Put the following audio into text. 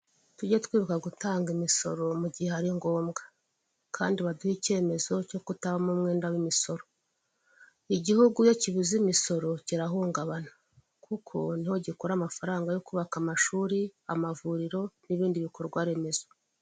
Tujye twibuka gutanga imisoro mu gihe ari ngombwa. Kandi baduhe icyemezo cyo kutabamo umwenda w'imisoro. Igihugu iyo kibuze imisoro kirahungabana, kuko niho gikura amafaranga yo kubaka amashuri, amavuriro, n'ibindi bikorwaremezo.